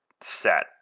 set